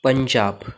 Punjab